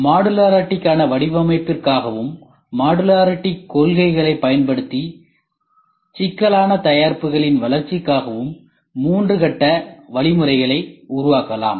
மாடுலரிட்டிக்கான வடிவமைப்பிற்காகவும் மாடுலரிட்டி கொள்கைகளை பயன்படுத்தி சிக்கலான தயாரிப்புகளின் வளர்ச்சிக்காகவும் மூன்று கட்ட வழிமுறைகளை உருவாக்கலாம்